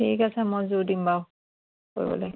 ঠিক আছে মই যোৰ দিম বাৰু কৰিবলে